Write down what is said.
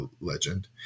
legend